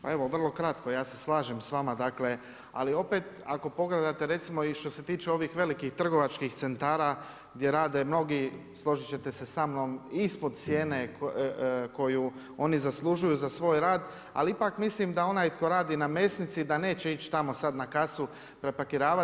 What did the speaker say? Pa evo vrlo kratko, ja se slažem s vama, dakle ali opet ako pogledate recimo i što se tiče ovih velikih trgovačkih centara gdje rade mnogi složiti ćete se samnom ispod cijene koju oni zaslužuju za svoj rad ali ipak mislim da onaj tko radi na mesnici da neće ići tamo sada na kasu prepakiravati.